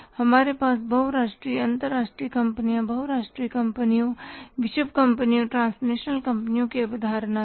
हमारे पास बहु राष्ट्रीय अंतर्राष्ट्रीय कंपनियों बहु राष्ट्रीय कंपनियों विश्व कंपनियों ट्रांसनेशनल कंपनियों की अवधारणा थी